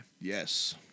Yes